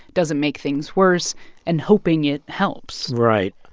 doesn't make things worse and hoping it helps right.